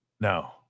No